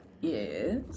Yes